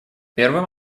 первым